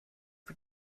für